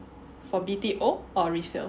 for B_T_O or resale